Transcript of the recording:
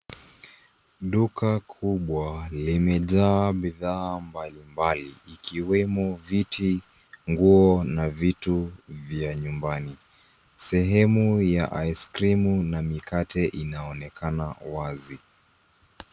Duka kubwa limejaa bidhaa mbali mbali ikiwemo viti, nguo na vitu vya nyumbani. Sehemu ya ice-cream na mikate inaonekana wazi.